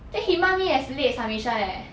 then he mark me as late submission leh